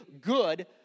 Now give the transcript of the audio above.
good